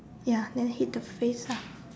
ya then hit the face ah